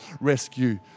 rescue